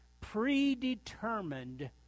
predetermined